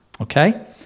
okay